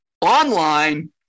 online